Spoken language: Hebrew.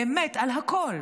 באמת על הכול.